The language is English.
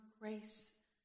grace